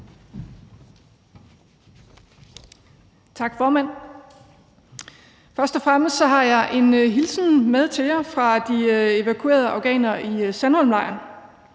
Tak, formand. Først og fremmest har jeg en hilsen med til jer fra de evakuerede afghanere i Sandholmlejren.